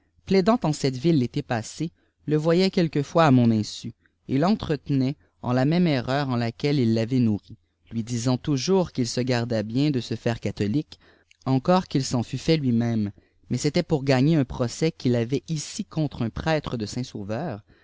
plaidant en cette ville l'été pa le voyait cnielque fois a mon insu et l'entretenait en la même errent en laquelle il l'a vait nourri lui dant toujours qu'il se gardât bien de se faire catholique encore qu'il s'en fut it lui-même suais c'était pour gagné un procès qu'il avait ici coûtre un prêtre de sâint saaveui